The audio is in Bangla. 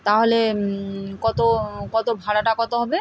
তাহলে কত কত ভাড়াটা কত হবে